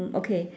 okay